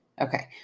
Okay